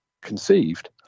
conceived